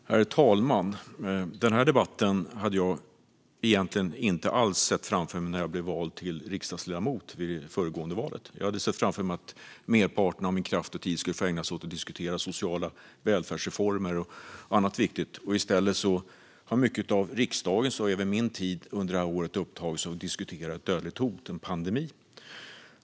Herr talman! Den här debatten hade jag inte alls sett framför mig när jag blev vald till riksdagsledamot i det senaste valet. Jag hade sett framför mig att merparten av min kraft och tid skulle få ägnas åt att diskutera sociala välfärdsreformer och annat viktigt, men i stället har mycket av riksdagens och min tid under året upptagits av att diskutera ett dödligt hot, en pandemi.